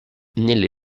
nelle